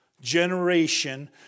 generation